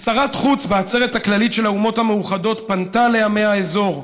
כשרת חוץ בעצרת הכללית של האומות המאוחדות פנתה לעמי האזור.